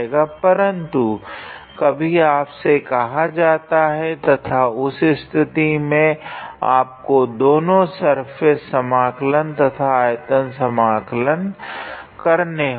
परन्तु कभी आपसे कहा जा सकता है तथा उस स्थिति में आपको दोनों सर्फेस समाकलन तथा आयतन समाकलन करने होगे